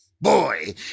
boy